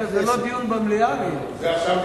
זה לא דיון במליאה, אריה?